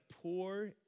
poor